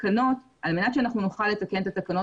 שעל מנת שאנחנו נוכל לתקן את התקנות,